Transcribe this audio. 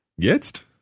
Jetzt